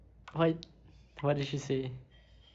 why what did she say